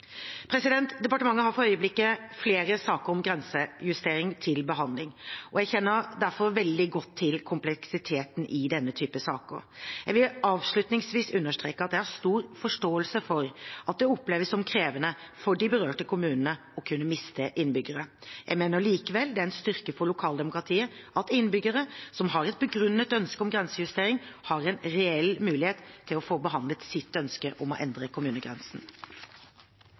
Departementet har for øyeblikket flere saker om grensejustering til behandling, og jeg kjenner derfor veldig godt til kompleksiteten i denne type saker. Jeg vil avslutningsvis understreke at jeg har stor forståelse for at det oppleves som krevende for de berørte kommunene å kunne miste innbyggere. Jeg mener likevel det er en styrke for lokaldemokratiet at innbyggere som har et begrunnet ønske om grensejustering, har en reell mulighet til å få behandlet sitt ønske om å endre kommunegrensen.